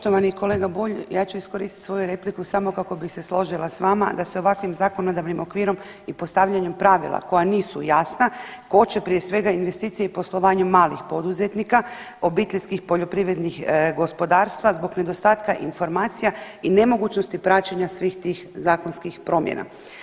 Poštovani kolega Bulj ja ću iskoristiti svoju repliku samo kako bi se složila s vama da se ovakvim zakonodavnim okvirom i postavljanjem pravila koja nisu jasna koče prije svega investicije i poslovanje malih poduzetnika, obiteljskih poljoprivrednih gospodarstva zbog nedostatka informacija i nemogućnosti praćenja svih tih zakonskih promjena.